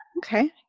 Okay